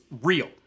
real